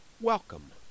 Welcome